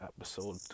episode